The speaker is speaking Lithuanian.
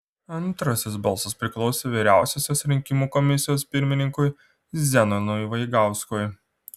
antrasis balsas priklausė vyriausiosios rinkimų komisijos pirmininkui zenonui vaigauskui